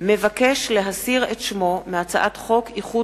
מבקש להסיר את שמו מהצעת חוק איחוד